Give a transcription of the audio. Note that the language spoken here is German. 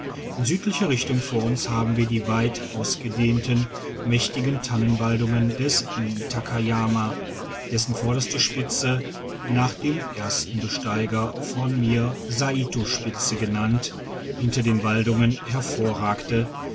in südlicher richtung vor uns haben wir die weit ausgedehnten mächtigen tannen waldungen des niitakayama dessen vorderste spitze nach dem ersten besteiger von mir saitospitze genannt hinter den waldungen hervorragte